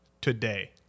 today